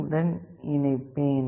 உடன் இணைப்பேன்